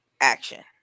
action